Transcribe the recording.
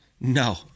No